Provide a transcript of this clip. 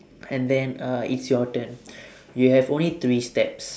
and then uh it's your turn you have only three steps